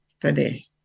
today